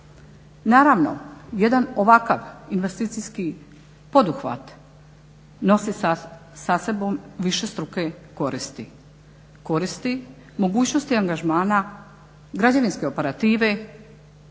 Naravno, jedan ovakav investicijski poduhvat nosi sa sobom višestruke koristi, koristi, mogućnosti angažmana građevinske operative